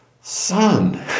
Son